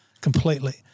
completely